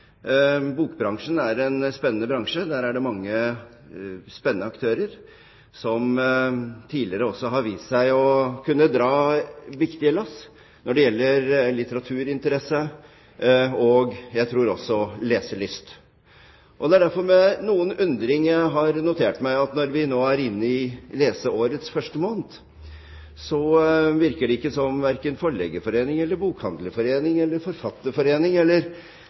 Bokbransjen er en spennende bransje. Der er det mange spennende aktører som tidligere også har vist seg å kunne dra viktige lass når det gjelder litteraturinteresse og – tror jeg – leselyst. Det er derfor med noe undring jeg har notert meg at når vi nå er inne i leseårets første måned, virker det ikke som verken Forleggerforeningen, Bokhandlerforeningen, Forfatterforeningen eller